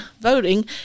voting